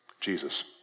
Jesus